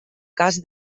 cas